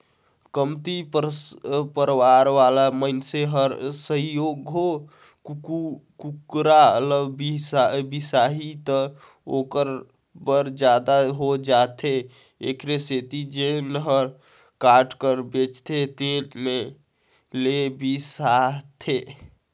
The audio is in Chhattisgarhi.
कमती परवार वाला मनखे ह सइघो कुकरा ल बिसाही त ओखर बर जादा हो जाथे एखरे सेती जेन ह काट कर बेचथे तेन में ले बिसाथे